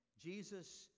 Jesus